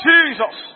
Jesus